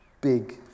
big